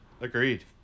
Agreed